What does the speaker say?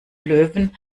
löwen